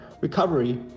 recovery